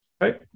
right